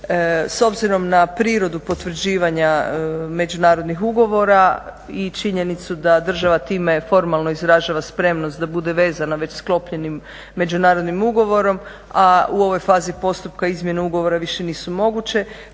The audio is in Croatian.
S obzirom na prirodu potvrđivanja međunarodnih ugovora i činjenicu da država time formalno izražava spremnost da bude vezana već sklopljenim međunarodnim ugovorom, a u ovaj fazi postupka izmjene ugovora više nisu moguće,